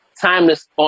timeless